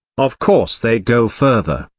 of course they go further,